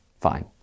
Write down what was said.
fine